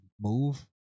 move